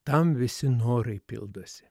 tam visi norai pildosi